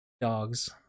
dogs